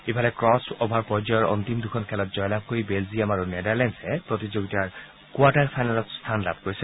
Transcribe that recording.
ইফালে crossover পৰ্যায়ৰ অন্তিম দুখন খেলত জয়লাভ কৰি বেলজিয়াম আৰু নেডাৰলেণ্ডছে প্ৰতিযোগিতাৰ কোৱাৰ্টাৰ ফাইনেলত স্থান লাভ কৰিছে